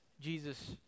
Jesus